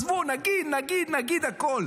עזבו, נגיד, נגיד, נגיד הכול.